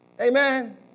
Amen